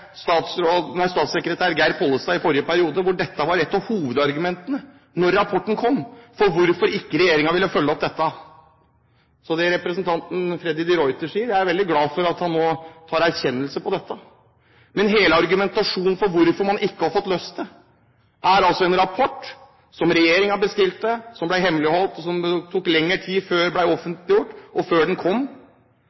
statssekretær Geir Pollestad i forrige periode der dette var et av hovedargumentene – da rapporten kom – for hvorfor ikke regjeringen ville følge opp dette. Så til det som representanten Freddy de Ruiter sier: Jeg er veldig glad for at han nå kommer med en erkjennelse når det gjelder dette. Men hele argumentasjonen for hvorfor man ikke har fått løst dette, er altså en rapport som regjeringen bestilte, som ble hemmeligholdt, og som det tok lang tid før